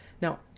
Now